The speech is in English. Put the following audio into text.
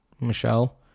Michelle